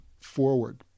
Forward